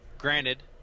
granted